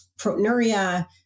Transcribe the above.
proteinuria